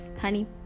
honey